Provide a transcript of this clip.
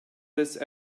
this